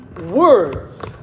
words